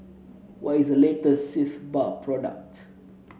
what is the latest Sitz Bath product